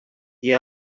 the